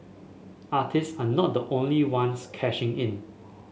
artist are not the only ones cashing in